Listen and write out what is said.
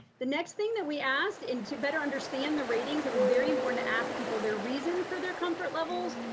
the next thing that we asked and to better understand the ratings, it was very important to ask people their reasons for their comfort levels.